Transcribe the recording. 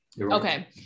Okay